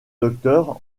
docteur